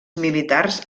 militars